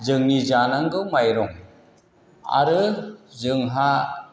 जोंनि जानांगौ माइरं आरो जोंहा